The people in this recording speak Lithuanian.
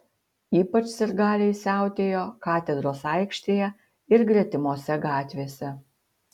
ypač sirgaliai siautėjo katedros aikštėje ir gretimose gatvėse